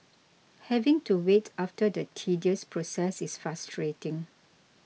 having to wait after the tedious process is frustrating